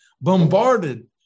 bombarded